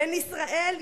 בין ישראל,